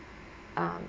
um